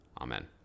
Amen